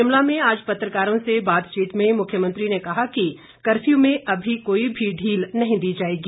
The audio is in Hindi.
शिमला में आज पत्रकारों से बातचीत में मुख्यमंत्री ने कहा कि कफ्य्र् में अभी कोई भी ढील नहीं दी जाएगी